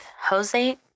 Jose